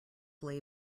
lay